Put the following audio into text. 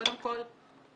קודם כול,